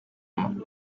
mama